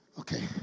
Okay